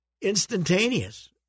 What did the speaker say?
instantaneous